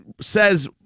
says